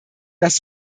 das